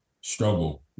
struggle